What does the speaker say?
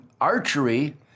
archery